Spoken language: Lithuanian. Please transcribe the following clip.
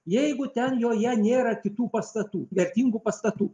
jeigu ten joje nėra kitų pastatų vertingų pastatų